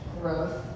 growth